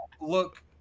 look